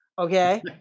Okay